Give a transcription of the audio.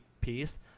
piece